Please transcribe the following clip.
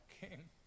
King